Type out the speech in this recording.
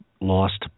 lost